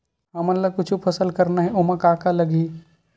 हमन ला कुछु फसल करना हे ओमा का का लगही?